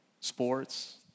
Sports